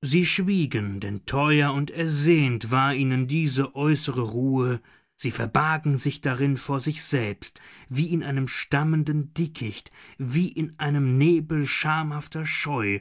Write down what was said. sie schwiegen denn teuer und ersehnt war ihnen diese äußere ruhe sie verbargen sich darin vor sich selbst wie in einem stammenden dickicht wie in einem nebel schamhafter scheu